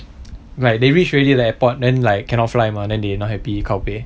like they reached already the airport then like cannot fly mah then they are not happy kao peh